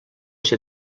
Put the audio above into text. ser